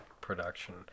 production